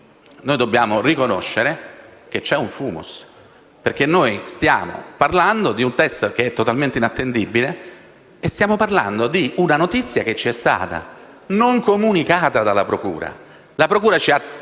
Noi dobbiamo riconoscere che c'è un *fumus*, perché noi stiamo parlando di un teste totalmente inattendibile e di una notizia che ci è stata non comunicata dalla procura. La procura ci ha